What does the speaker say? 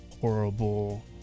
horrible